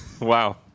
Wow